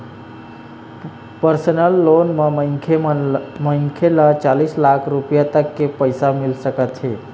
personal loan म मनखे ल चालीस लाख रूपिया तक के पइसा मिल सकत हे